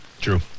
True